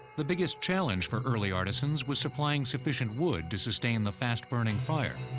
the biggest challenge for early artisans was supplying sufficient wood to sustain the fast-burning fire.